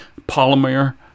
polymer